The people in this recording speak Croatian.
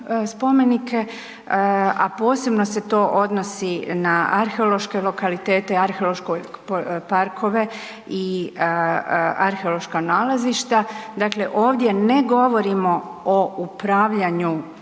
a posebno se to odnosi na arheološke lokaliteta, arheološke parkove i arheološka nalazišta, dakle ovdje ne govorimo o upravljanju